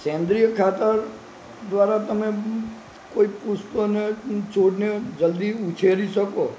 સેન્દ્રીય ખાતર દ્વારા તમે કોઈ પુષ્પને છોડને જલ્દી ઉછેરી શકો